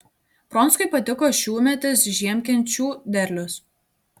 pronckui patiko šiųmetis žiemkenčių derlius